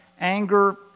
Anger